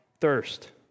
thirst